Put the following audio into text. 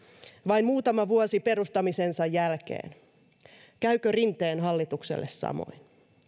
vain muutama vuosi perustamisensa jälkeen käykö rinteen hallitukselle samoin